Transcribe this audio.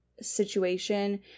situation